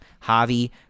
Javi